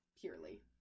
purely